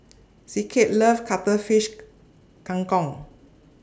Zeke loves Cuttlefish Kang Kong